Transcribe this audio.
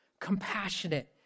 compassionate